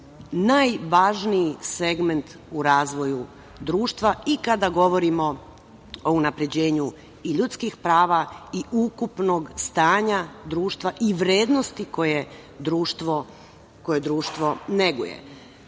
najvažniji segment u razvoju društva i kada govorimo o unapređenju i ljudskih prava i ukupnog stanja društva i vrednosti koje društvo neguje. Sama